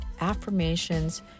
affirmations